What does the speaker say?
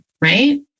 right